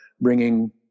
bringing